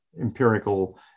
empirical